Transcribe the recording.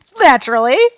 Naturally